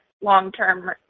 long-term